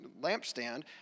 lampstand